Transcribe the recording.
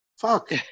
Fuck